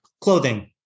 clothing